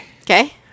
okay